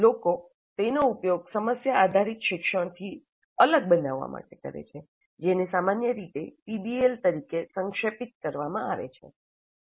લોકો તેનો ઉપયોગ સમસ્યા આધારિત શિક્ષણથી અલગ બનાવવા માટે કરે છે જેને સામાન્ય રીતે પીબીએલ તરીકે સંક્ષેપિત કરવામાં આવે છે